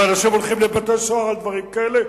ואנשים הולכים לבתי-סוהר על דברים כאלה.